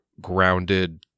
grounded